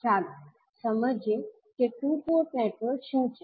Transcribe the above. ચાલો સમજીએ કે ટુ પોર્ટ નેટવર્ક શું છે